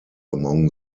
among